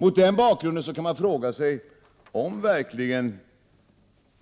Mot den bakgrunden kan man fråga sig om